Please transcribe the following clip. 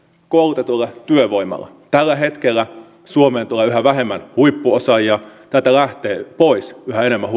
koulutetulle työvoimalle tällä hetkellä suomeen tulee yhä vähemmän huippuosaajia täältä lähtee pois yhä enemmän